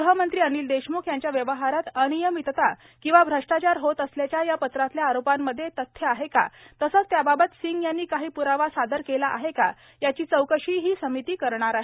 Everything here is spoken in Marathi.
गृहमंत्री अनिल देशम्ख यांच्या व्यवहारात अनियमितता किंवा भ्रष्टाचार होत असल्याच्या या पत्रातल्या आरोपांमधे तथ्य आहे का तसंच त्याबाबत सिंग यांनी काही प्रावा सादर केला आहे का याची चौकशी ही समिती करणार आहे